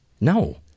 No